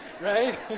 right